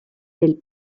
del